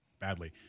badly